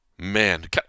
Man